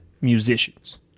musicians